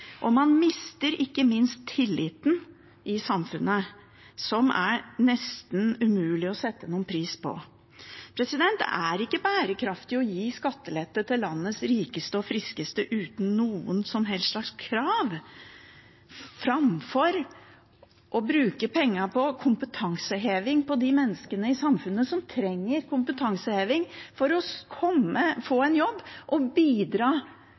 og man mister ikke minst tilliten i samfunnet, som er nesten umulig å sette noen pris på. Det er ikke bærekraftig å gi skattelette til landets rikeste og friskeste uten noen som helst slags krav, framfor å bruke pengene på kompetanseheving til de menneskene i samfunnet som trenger kompetanseheving for å få en jobb, bidra til verdiskapingen i samfunnet og